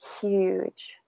huge